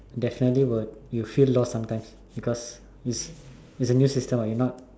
definitely would you feel lost sometime because it's it's a new system what you're not